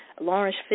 Lawrence